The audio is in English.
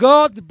God